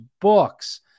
books